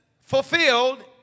fulfilled